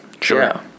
Sure